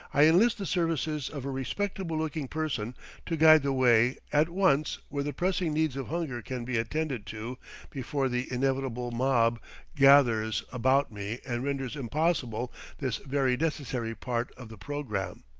i enlist the services of a respectable-looking person to guide the way at once where the pressing needs of hunger can be attended to before the inevitable mob gathers about me and renders impossible this very necessary part of the programme.